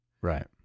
Right